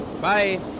Bye